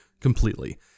completely